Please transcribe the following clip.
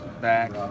back